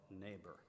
neighbor